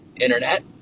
Internet